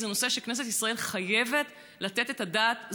זה נושא שכנסת ישראל חייבת לתת עליו את הדעת.